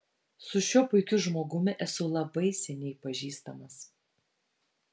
su šiuo puikiu žmogumi esu labai seniai pažįstamas